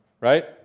right